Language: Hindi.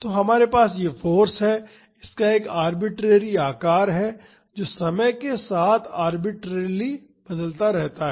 तो हमारे पास यह फाॅर्स है और इसका एक आरबिटरेरी आकार है जो समय के साथ अर्बिट्रेरिली बदलता रहता है